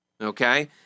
okay